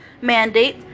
mandate